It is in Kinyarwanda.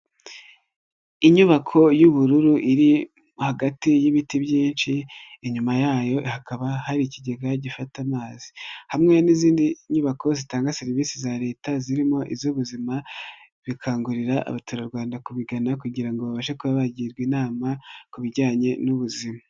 Inyubako y'ubururu iri hagati y'ibiti byinshi, inyuma yayo hakaba hari ikigega gifata amazi hamwe n'izindi nyubako zitanga serivisi za leta zirimo iz'ubuzima bikangurira abaturarwanda kubigana kugira babashe kubagirwa inama ku bijyanye n'ubuzima.